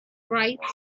bright